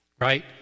right